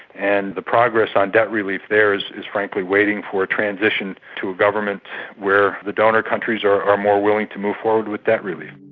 and the progress on debt relief there is is frankly waiting for a transition to a government where the donor countries are are more willing to move forward with debt relief.